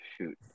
shoot